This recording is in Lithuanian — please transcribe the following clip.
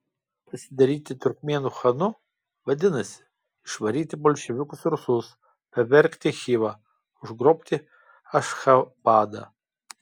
pasidaryti turkmėnų chanu vadinasi išvaryti bolševikus rusus pavergti chivą užgrobti ašchabadą